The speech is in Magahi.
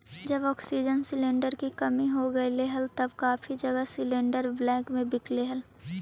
जब ऑक्सीजन सिलेंडर की कमी हो गईल हल तब काफी जगह सिलेंडरस ब्लैक में बिकलई हल